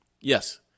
Yes